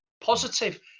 positive